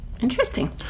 Interesting